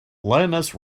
lioness